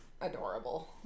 adorable